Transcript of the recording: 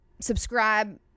subscribe